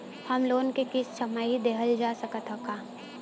Home loan क किस्त छमाही देहल जा सकत ह का?